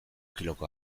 kiloko